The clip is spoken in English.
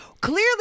Clearly